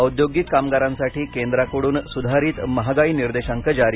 औद्योगिक कामगारांसाठी केंद्राकडून सुधारित महागाई निर्देशांक जारी